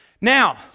Now